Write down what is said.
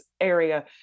area